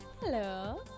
Hello